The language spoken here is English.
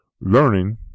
learning